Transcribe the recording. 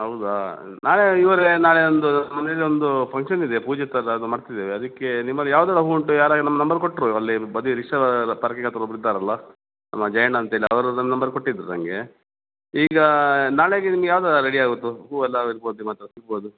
ಹೌದಾ ನಾಳೆ ಇವರೇ ನಾಳೆ ಒಂದು ಮನೇಲಿ ಒಂದು ಪಂಕ್ಷನ್ ಇದೆ ಪೂಜೆ ಥರ ಅದು ಮಾಡ್ತಿದ್ದೇವೆ ಅದಕ್ಕೆ ನಿಮ್ಮಲ್ಲಿ ಯಾವ್ದೆಲ್ಲ ಹೂ ಉಂಟು ಯಾರೋ ಈ ನಿಮ್ಮ ನಂಬರ್ ಕೊಟ್ಟರು ಅಲ್ಲಿ ಬದಿ ರಿಕ್ಷದ ಪಾರ್ಕಿಂಗ್ ಹತ್ತಿರ ಒಬ್ರು ಇದ್ದಾರಲ್ಲ ನಮ್ಮ ಜಯಣ್ಣ ಅಂತೇಳಿ ಅವರು ನಿಮ್ಮ ನಂಬರ್ ಕೊಟ್ಟಿದ್ದರು ನನಗೆ ಈಗ ನಾಳೆಗೆ ನಿಮ್ಗೆ ಯಾವ್ದು ರೆಡಿಯಾಗತ್ತೆ ಹೂವೆಲ್ಲ ಇರ್ಬೋದು ನಿಮ್ಮ ಹತ್ರ ಸಿಗ್ಬೋದು